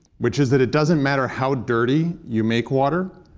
which is that it doesn't matter how dirty you make water,